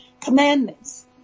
commandments